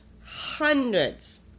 hundreds